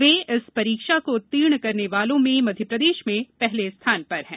वे इस परीक्षा को उत्तीर्ण करने वालों में मध्यप्रदेश में पहले स्थान पर हैं